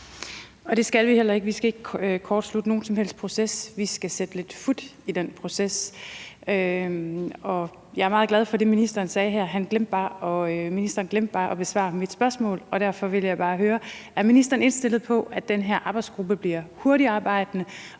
det skal vi heller ikke. Vi skal ikke kortslutte nogen som helst proces; vi skal sætte lidt fut i den proces. Jeg er meget glad for det, ministeren sagde. Ministeren glemte bare at besvare mit spørgsmål, og derfor vil jeg bare høre: Er ministeren indstillet på, at den her arbejdsgruppe bliver hurtigtarbejdende,